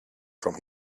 from